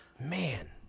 Man